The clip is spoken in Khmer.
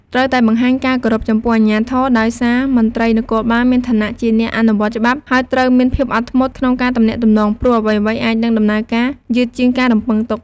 ត្រូវតែបង្ហាញការគោរពចំពោះអាជ្ញាធរ ដោយសារមន្ត្រីនគរបាលមានឋានៈជាអ្នកអនុវត្តច្បាប់ ហើយត្រូវមានភាពអត់ធ្មត់ក្នុងការទំនាក់ទំនង ព្រោះអ្វីៗអាចនឹងដំណើរការយឺតជាងការរំពឹងទុក។